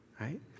right